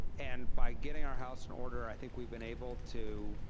and by getting our house in order, i think we've been able to